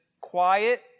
quiet